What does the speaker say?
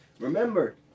Remember